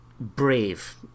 brave